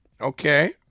Okay